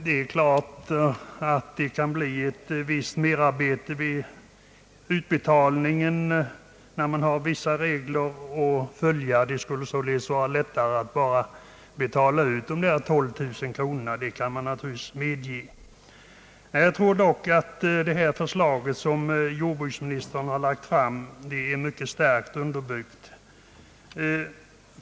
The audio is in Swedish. Det kan naturligtvis bli ett visst merarbete vid utbetalningen när man har vissa regler att följa. Det skulle vara lättare att endast betala ut dessa 12 000 kronor, det kan jag naturligtvis medge. Jag tror dock att det förslag som jordbruksministern har lagt fram är mycket starkt underbyggt.